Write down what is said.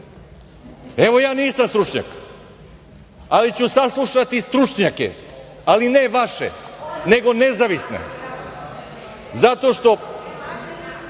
Evo, ja nisam stručnjak, ali ću saslušati stručnjake, ali ne vaše, nego nezavisne, zato što